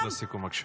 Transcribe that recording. משפט סיכום בבקשה,